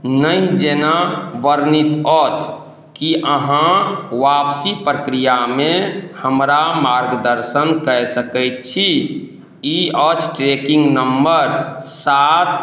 नहि जेना वर्णित अछि की अहाँ वापसी प्रक्रियामे हमरा मार्गदर्शन कए सकैत छी ई अछि ट्रैकिंग नम्बर सात